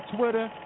Twitter